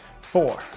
four